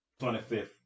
25th